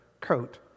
coat